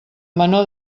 menor